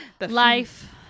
life